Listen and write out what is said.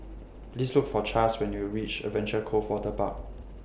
Please Look For Chas when YOU REACH Adventure Cove Waterpark